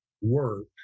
work